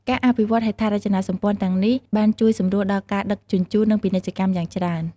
ការអភិវឌ្ឍហេដ្ឋារចនាសម្ព័ន្ធទាំងនេះបានជួយសម្រួលដល់ការដឹកជញ្ជូននិងពាណិជ្ជកម្មយ៉ាងច្រើន។